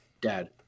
Dad